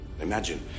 Imagine